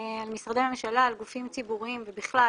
על משרדי הממשלה, על גופים ציבוריים ובכלל